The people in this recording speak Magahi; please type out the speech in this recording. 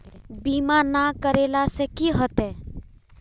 बीमा ना करेला से की होते?